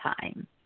time